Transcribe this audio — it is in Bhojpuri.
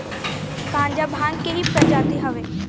गांजा भांग के ही प्रजाति हवे